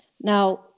Now